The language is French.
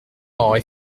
aurait